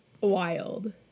wild